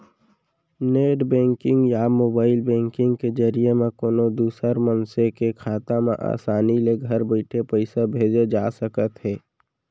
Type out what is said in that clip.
net banking या mobile banking के जरिए म कोनों दूसर मनसे के खाता म आसानी ले घर बइठे पइसा भेजे जा सकत हे